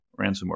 ransomware